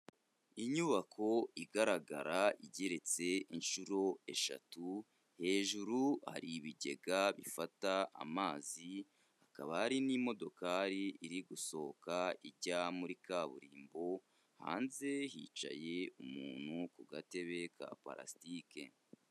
Inyubako igaragara igeretse inshuro eshatu, hejuru hari ibigega bifata amazi, hakaba hari n'imodokari iri gusohoka ijya muri kaburimbo, hanze hicaye umuntu ku gatebe ka parasitike.